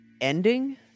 ending